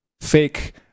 fake